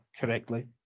correctly